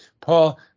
Paul